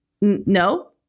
no